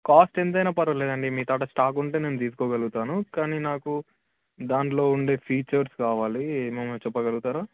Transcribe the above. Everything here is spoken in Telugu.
కాస్ట్ ఎంతైనా పర్వాలేదండి మీ కాడ స్టాక్ ఉంటే నేను తీసుకోగలుగుతాను కానీ నాకు దానిలో ఉండే ఫీచర్స్ కావాలి ఏమేమో చెప్పగలుగుతారా